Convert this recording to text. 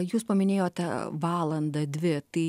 jūs paminėjote valandą dvi tai